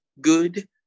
good